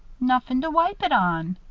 nuffin to wipe it on,